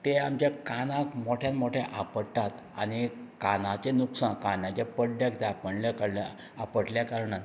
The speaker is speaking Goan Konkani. ते आमच्या कानाक मोठ्यान मोठ्यान आपटात आनी कानाचें नुकसान कानाच्या पड्ड्यांक तें आपडल्या आपटल्या कारणान